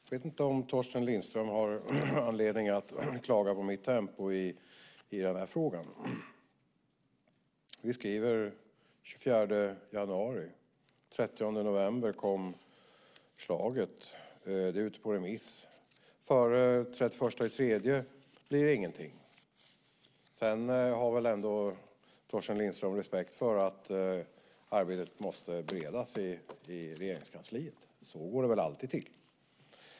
Fru talman! Jag vet inte om Torsten Lindström har anledning att klaga på mitt tempo i den här frågan. Vi skriver den 24 januari. Den 30 november kom förslaget. Det är ute på remiss. Före den 31 mars blir det ingenting. Sedan har väl ändå Torsten Lindström respekt för att arbetet måste beredas i Regeringskansliet. Så går det väl alltid till.